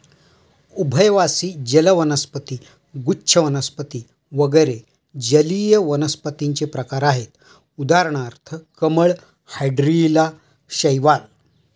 उभयवासी जल वनस्पती, गुच्छ वनस्पती वगैरे जलीय वनस्पतींचे प्रकार आहेत उदाहरणार्थ कमळ, हायड्रीला, शैवाल